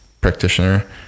practitioner